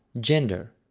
gender.